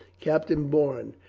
captain bourne,